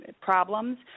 problems